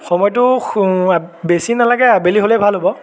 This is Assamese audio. সময়টো বেছি নালাগে আবেলি হ'লেই ভাল হ'ব